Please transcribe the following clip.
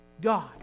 God